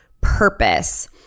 purpose